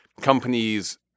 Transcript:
companies